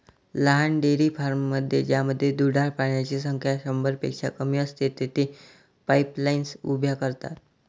लहान डेअरी फार्ममध्ये ज्यामध्ये दुधाळ प्राण्यांची संख्या शंभरपेक्षा कमी असते, तेथे पाईपलाईन्स उभ्या करतात